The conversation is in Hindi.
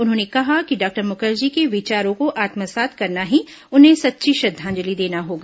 उन्होंने कहा कि डॉक्टर मुखर्जी के विचारों को आत्मसात करना ही उन्हें सच्ची श्रद्वांजलि देना होगा